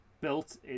Built